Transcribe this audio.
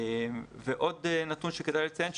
ועוד נתון שכדאי לציין,